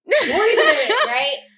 Right